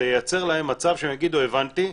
זה ייצר להם מצב שהם יגידו: הבנתי,